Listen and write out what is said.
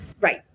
Right